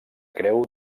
creu